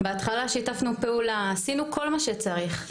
בהתחלה שיתפנו פעולה, עשינו כל מה שצריך,